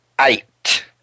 eight